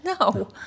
No